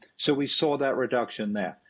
so we saw that reduction there.